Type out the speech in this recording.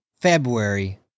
February